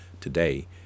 today